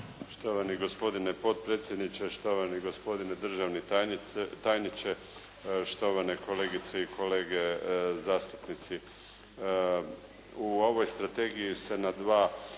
Štovani gospodine potpredsjedniče, štovani gospodine državni tajniče, štovane kolegice i kolege zastupnici. U ovoj strategiji se na dva